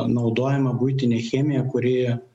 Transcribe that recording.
naudojama buitinė chemija kuri